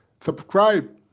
subscribe